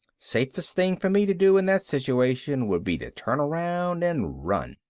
safest thing for me to do in that situation would be to turn around and run.